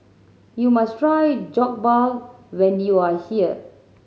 you must try Jokbal when you are here